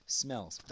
smells